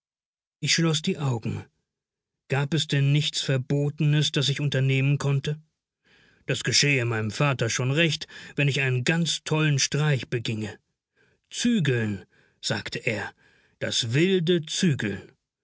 ich schloß die augen gab es denn nichts verbotenes das ich unternehmen konnte das geschähe meinem vater schon recht wenn ich einen ganz tollen streich beginge zügeln sagte er das wilde zügeln